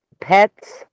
Pets